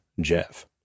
Jeff